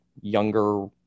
younger